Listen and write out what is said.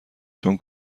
چون